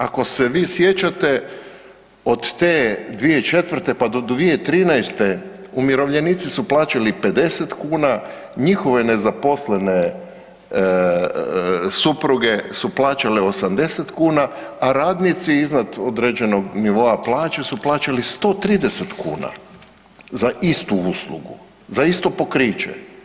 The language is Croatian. Ako se vi sjećate od te 2004. do 2013. umirovljenici su plaćali 50 kuna, njihove nezaposlene supruge su plaćale 80 kuna, a radnici iznad određenog nivoa plaće su plaćali 130 kuna za istu uslugu, za isto pokriće.